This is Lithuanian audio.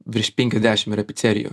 virš penkiasdešim yra picerijų